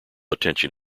attention